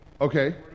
Okay